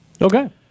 Okay